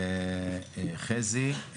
חזי.